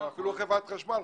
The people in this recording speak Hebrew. אפילו חברת חשמל,